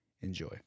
Enjoy